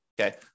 Okay